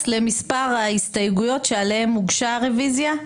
למספר ההסתייגויות שעליהם הוגשה הרוויזיה?